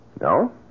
No